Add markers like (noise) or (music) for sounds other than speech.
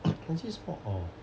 (coughs) actually sort of